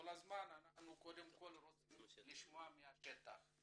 קודם כל מהשטח,